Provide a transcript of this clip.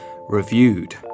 reviewed